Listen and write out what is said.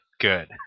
good